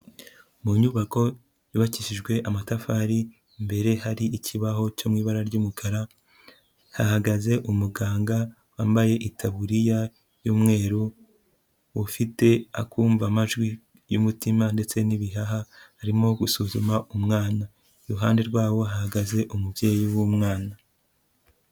Mu nyubako yubakishijwe amatafari, imbere hari ikibaho cyo mu ibara ry'umukara, hahagaze umuganga wambaye itaburiya y'umweru, ufite akumva amajwi y'umutima ndetse n'ibihaha arimo gusuzuma umwana. Iruhande rwaho hahagaze umubyeyi w'umwana.